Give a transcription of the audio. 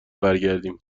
برگردیم